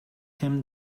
him